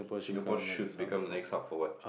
Singapore should become the next hub for what